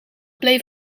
bleef